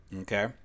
okay